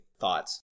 thoughts